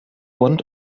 want